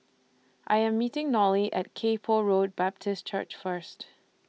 I Am meeting Nolie At Kay Poh Road Baptist Church First